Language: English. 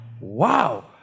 wow